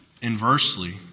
Inversely